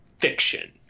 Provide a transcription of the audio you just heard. fiction